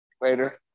Later